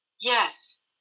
yes